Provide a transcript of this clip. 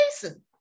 Jason